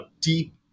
deep